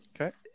Okay